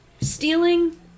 stealing